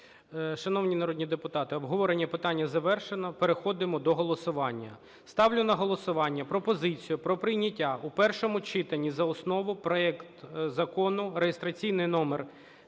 Шановні народні депутати, обговорення питання завершено. Переходимо до голосування. Ставлю на голосування пропозицію про прийняття у першому читанні за основу проект Закону (реєстраційний номер